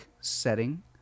setting